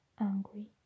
angry